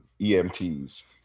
EMTs